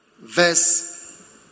Verse